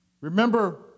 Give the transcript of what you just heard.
Remember